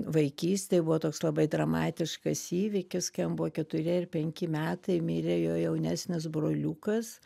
vaikystėj buvo toks labai dramatiškas įvykis kai jam buvo keturi ar penki metai mirė jo jaunesnis broliukas